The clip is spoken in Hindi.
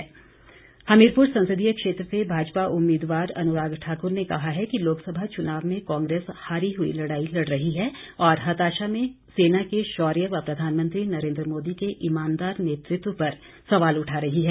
भाजपा सांसद हमीरपुर संसदीय क्षेत्र से भाजपा उम्मीदवार अनुराग ठाकुर ने कहा है कि लोकसभा चुनाव में कांग्रेस हारी हई लड़ाई लड़ रही है और हताशा में सेना के शौर्य व प्रधानमंत्री नरेंद्र मोदी के ईमानदार नेतृत्व पर सवाल उठा रही है